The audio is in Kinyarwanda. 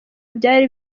byari